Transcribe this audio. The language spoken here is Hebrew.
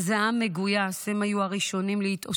זה עם מגויס, הם היו הראשונים להתאושש.